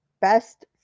best